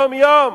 יום-יום?